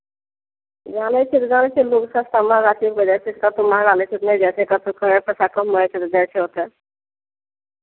जानै छियै ताहि दुआरे कतेक महंगा चलि गेलै से कतहु महंगा लै छै तऽ नहि जाइ छै कतहु कम भऽ जाइ छै तऽ जाइ छै ओतय